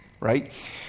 right